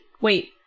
wait